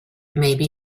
maybe